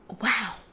Wow